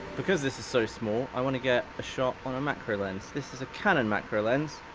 because this is so small, i wanna get a shot on a macro lens. this is a canon macro lens,